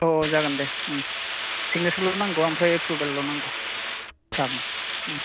अ अ जागोन दे सिग्नेसार ल' नांगौ ओमफ्राय एप्रुभेल ल' नांगौ सार नि